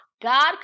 God